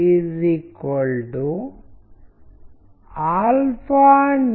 ఇవన్నీ మనం విషయాలను గ్రహించే విధానంలో ముఖ్యమైన పాత్ర పోషిస్తున్న సమస్యలు